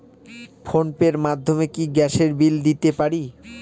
Phone pay র মাধ্যমে কি গ্যাসের বিল দিতে পারি?